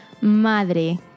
madre